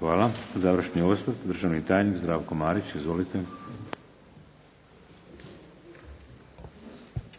Hvala. Završni osvrt, državni tajnik Zdravko Marić, izvolite. **Marić, Zdravko**